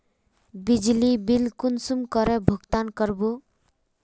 बिजली बिल कुंसम करे भुगतान कर बो?